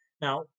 Now